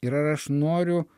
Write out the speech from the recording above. ir ar aš noriu